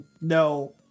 No